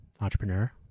entrepreneur